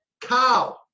Cow